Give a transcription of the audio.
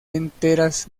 enteras